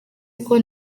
uko